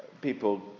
people